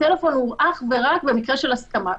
הטלפון הוא אך ורק במקרה של הסכמה.